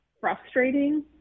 frustrating